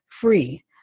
free